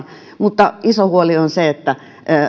mutta iso huoli on se että arvioiden